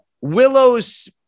Willows